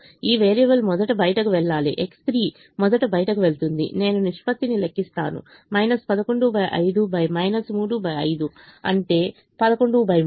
ఈ వేరియబుల్ మొదట బయటకు వెళ్ళాలి X3 మొదట బయటకు వెళ్తుంది నేను నిష్పత్తిని లెక్కిస్తాను 115 35 అంటే 113